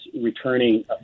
returning